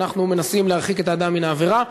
ואנחנו מנסים להרחיק את האדם מן העבירה.